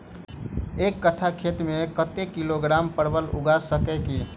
एक कट्ठा खेत मे कत्ते किलोग्राम परवल उगा सकय की??